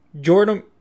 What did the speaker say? Jordan